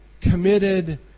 committed